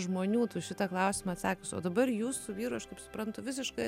žmonių tu šitą klausimą atsakius o dabar jūs su vyru aš taip suprantu visiškoj